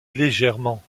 légèrement